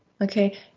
Okay